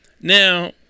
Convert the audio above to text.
Now